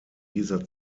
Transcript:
dieser